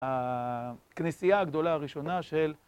הכנסייה הגדולה הראשונה של...